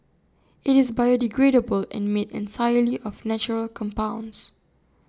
IT is biodegradable and made entirely of natural compounds